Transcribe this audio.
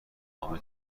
عامل